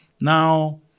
Now